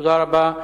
תודה רבה.